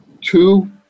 two